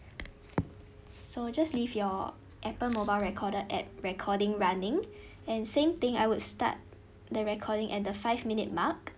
so just leave your appen mobile recorded at recording running and same thing I would start the recording at the five minute mark